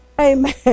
Amen